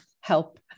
help